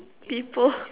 people